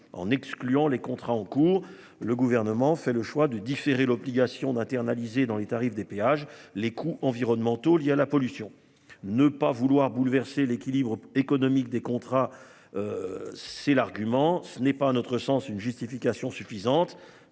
en excluant les contrats en cours. Le gouvernement fait le choix de différer l'obligation d'internaliser dans les tarifs des péages les coûts environnementaux liés à la pollution ne pas vouloir bouleverser l'équilibre économique des contrats. C'est l'argument, ce n'est pas un notre sens une justification suffisante.